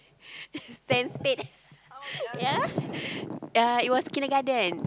sand spade yeah uh it was kindergarten